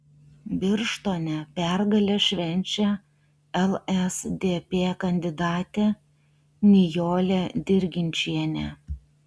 birštone pergalę švenčia lsdp kandidatė nijolė dirginčienė